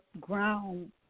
ground